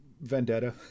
Vendetta